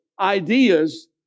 ideas